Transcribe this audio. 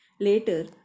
Later